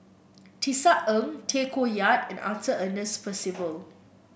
Tisa Ng Tay Koh Yat and Arthur Ernest Percival